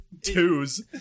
twos